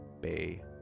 Bay